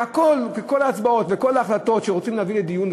וכל ההצבעות וכל ההחלטות שרוצים להביא לדיון,